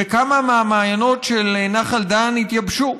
וכמה מהמעיינות של נחל דן התייבשו.